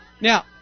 Now